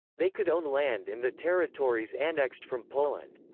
they could own land in the territories annexed from poland.